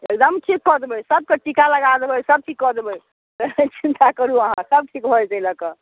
एकदम ठीक कऽ देबै सभके टीका लगा देबै सभचीज कऽ देबै नहि चिन्ता करू अहाँ सभ ठीक भऽ जेतै अइ लऽ कऽ